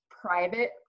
private